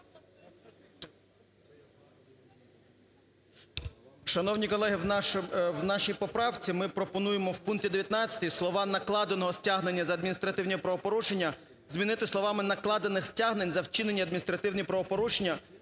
Шановні колеги! В нашій поправці ми пропонуємо в пункті 19 слова "накладеного стягнення за адміністративні правопорушення" замінити словами "накладених стягнень за вчинені адміністративні правопорушення,